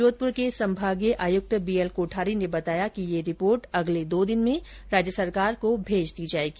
जोधप्र के संभागीय आयुक्त बी एल कोठारी ने बताया कि ये रिपोर्ट अगले दो दिन में राज्य सरकार को भेज दी जायेगी